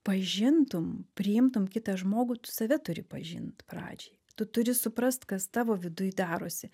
pažintum priimtum kitą žmogų tu save turi pažint pradžiai tu turi suprast kas tavo viduj darosi